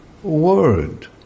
Word